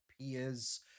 peers